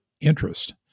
interest